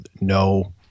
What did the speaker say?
no